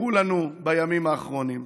סיפרו לנו בימים האחרונים.